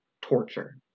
Torture